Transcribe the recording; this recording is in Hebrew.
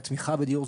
אולי תמיכה ודיור,